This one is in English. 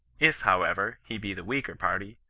if, however, he be the weaker party,